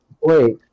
Wait